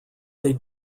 they